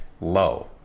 low